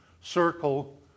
circle